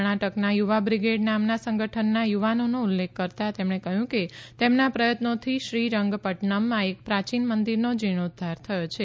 કર્ણાટકના યુવા બ્રિગેડ નામના સંગઠનના યુવાનોનો ઉલ્લેખ કરતા કહયું કે તેમના પ્રયત્નોથી શ્રીરંગપટનમમાં એક પ્રાચીન મંદીરનો જીર્ણોધ્ધાર થયો છે